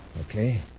Okay